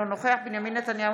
אינו נוכח בנימין נתניהו,